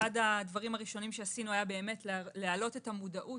אחד הדברים הראשונים שעשינו היה להעלות את המודעות,